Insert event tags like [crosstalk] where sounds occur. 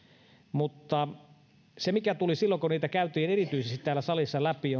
mutta se mikä tuli ilmi silloin kun niitä käytiin erityisesti täällä salissa läpi [unintelligible]